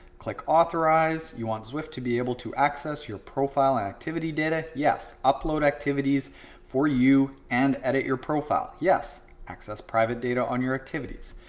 click authorize. you want zwift to be able to access your profile and activity data. yes. upload activities for you and edit your profile. yes. access private data on your activities.